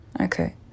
okay